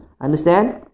Understand